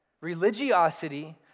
Religiosity